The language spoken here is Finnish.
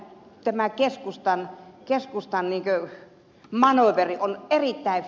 tämä keskustan manööveri on erittäin fiksu